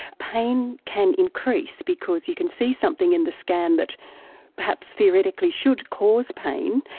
pain can increase because you can see something in the scam that perhaps theoretically should cause pain,